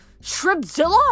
Shrimpzilla